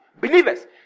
believers